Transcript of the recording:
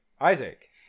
Isaac